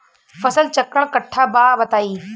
फसल चक्रण कट्ठा बा बताई?